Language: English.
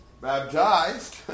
baptized